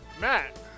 Matt